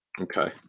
Okay